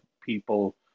people